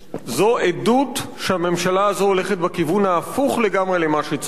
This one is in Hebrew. זו עדות שהממשלה הזאת הולכת בכיוון ההפוך לגמרי למה שצריך.